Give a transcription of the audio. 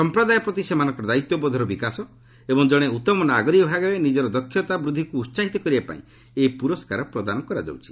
ସମ୍ପ୍ରଦାୟ ପ୍ରତି ସେମାନଙ୍କର ଦାୟିତ୍ୱ ବୋଧର ବିକାଶ ଏବଂ ଜଣେ ଉତ୍ତମ ନାଗରିକ ଭାବେ ନିଜର ଦକ୍ଷତା ବୃଦ୍ଧିକୃ ଉତ୍ସାହିତ କରିବା ପାଇଁ ଏହି ପୁରସ୍କାର ପ୍ରଦାନ କରାଯାଉଛି